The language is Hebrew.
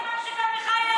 הגיע הזמן שגם לך יהיה אומץ.